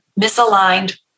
misaligned